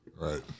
Right